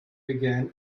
began